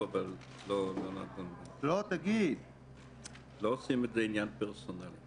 עוזי דיין וטלי פלוסקוב,